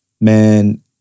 man